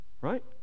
right